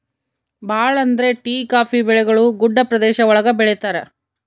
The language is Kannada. ಭಾಳ ಅಂದ್ರೆ ಟೀ ಕಾಫಿ ಬೆಳೆಗಳು ಗುಡ್ಡ ಪ್ರದೇಶ ಒಳಗ ಬೆಳಿತರೆ